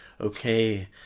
okay